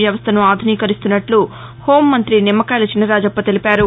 వ్యవస్థను ఆధునీకరిస్తున్నట్లు హోం మంతి నిమ్మకాయల చినరాజప్ప తెలిపారు